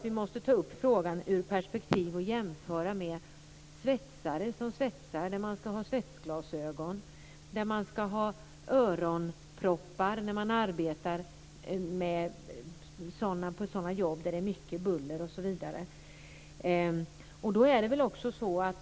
Vi måste se frågan i ett perspektiv och jämföra t.ex. med svetsare och när de ska ha svetsglasögon, när de som arbetar med jobb med mycket buller ska ha öronproppar osv.